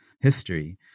history